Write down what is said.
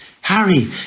Harry